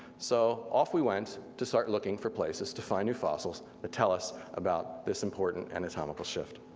so off we went to start looking for places to find new fossils to tell us about this important anatomical shift.